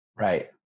Right